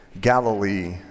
Galilee